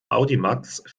audimax